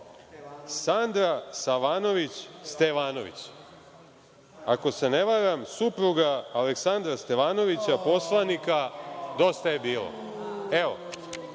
Sandra Savanović Stevanović. Ako se ne varam, supruga Aleksandra Stevanovića poslanika „Dosta je bilo“. Evo,